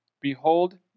behold